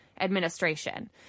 administration